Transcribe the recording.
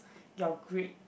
your grade